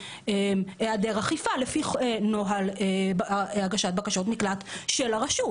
היעדר אכיפה לפי נוהל הגשת בקשות מקלט של הרשות.